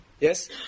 Yes